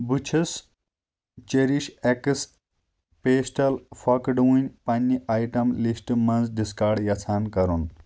بہٕ چھُس چیٚرِش اٮ۪کٕس پیٚسٹل پھۄکہٕ ڈوٗنۍ پنٛنہِ آیٹم لسٹہٕ منٛز ڈسکارڑ یژھان کرُن